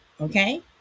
okay